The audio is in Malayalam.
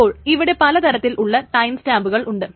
അപ്പോൾ ഇവിടെ പലതരത്തിലുള്ള ടൈം സ്റ്റാമ്പുകൾ ഉണ്ട്